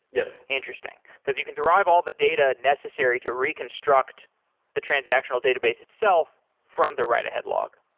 yes interesting. because you can derive all the data necessary to reconstruct the transactional database itself from the right ahead log.